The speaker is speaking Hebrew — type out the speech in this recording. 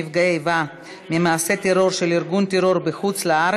נפגע איבה ממעשה טרור של ארגון טרור בחוץ-לארץ),